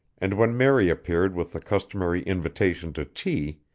and when mary appeared with the customary invitation to tea,